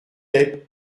est